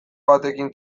batekin